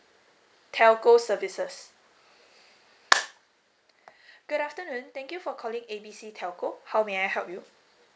telco services good afternoon thank you for calling A B C telco how may I help you